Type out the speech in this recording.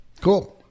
Cool